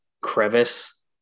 crevice